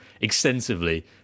extensively